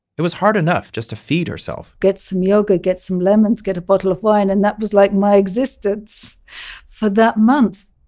it was hard enough just to feed herself get some yogurt, get some lemons, get a bottle of wine and that was like my existence for that month.